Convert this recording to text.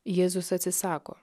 jėzus atsisako